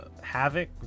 Havoc